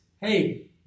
Hey